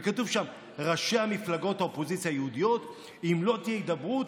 וכתוב שם: ראשי מפלגות האופוזיציה היהודיות: אם לא תהיה הידברות,